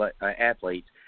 athletes